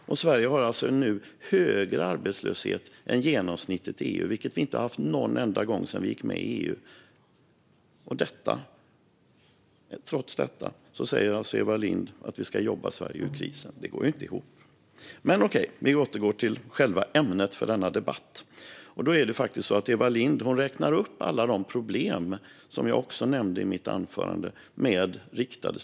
Sverige har nu alltså högre arbetslöshet än genomsnittet i EU, vilket vi inte har haft någon enda gång sedan vi gick med i EU. Trots detta säger alltså Eva Lindh att vi ska jobba Sverige ur krisen. Det går inte ihop. Om vi återgår till själva ämnet för denna debatt räknar Eva Lindh upp alla de problem med riktade statsbidrag som även jag nämnde i mitt anförande.